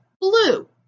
blue